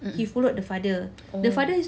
mmhmm oh